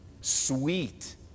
sweet